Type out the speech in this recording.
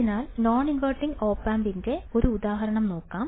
അതിനാൽ non inverting op amp ന്റെ ഒരു ഉദാഹരണം നോക്കാം